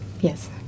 Yes